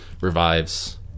revives